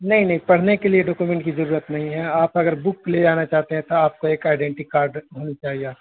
نہیں نہیں پڑھنے کے لیے ڈوکومینٹ کی ضرورت نہیں ہے آپ اگر بک لے جانا چاہتے ہیں تو آپ کو ایک آئی ڈینٹی کارڈ ہونا چاہیے آپ کی